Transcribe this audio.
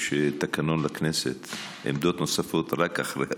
יש תקנון לכנסת עמדות נוספות רק אחרי השר.